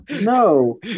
No